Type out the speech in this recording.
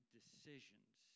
decisions